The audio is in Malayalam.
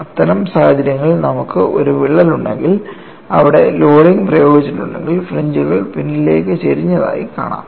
അത്തരം സാഹചര്യങ്ങളിൽ നമുക്ക് ഒരു വിള്ളൽ ഉണ്ടെങ്കിൽ അവിടെ ലോഡിംഗ് പ്രയോഗിച്ചിട്ടുണ്ടെങ്കിൽ ഫ്രിഞ്ച്കൾ പിന്നിലേക്ക് ചരിഞ്ഞതായി കാണാം